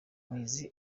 muhizi